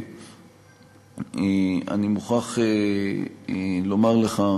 אני מוכרח לומר לך